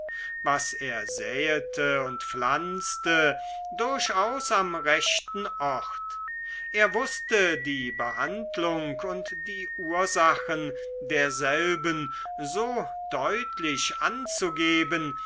was er säete und pflanzte durchaus am rechten ort er wußte die behandlung und die ursachen derselben so deutlich anzugeben